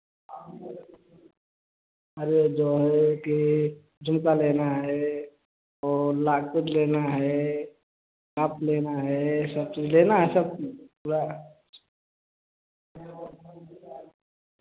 अरे जो है कि झुमका लेना है और लाल कोट लेना है आप लेना है यह सब चीज़ लेना है सब गया